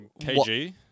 KG